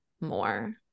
more